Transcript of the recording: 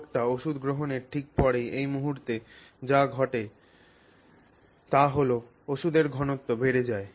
লোকটি ওষধ গ্রহণের ঠিক পরেই এই মুহুর্তে যা ঘটে তা হল ওষধের ঘনত্ব বেড়ে যায়